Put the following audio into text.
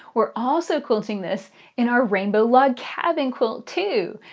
we're also quilting this in our rainbow log cabin quilt, too.